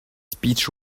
speech